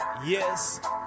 Yes